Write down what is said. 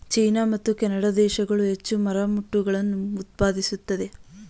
China ಮತ್ತು Canada ದೇಶಗಳು ಹೆಚ್ಚಿನ ಮರಮುಟ್ಟುಗಳನ್ನು ಉತ್ಪಾದಿಸುತ್ತದೆ